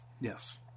Yes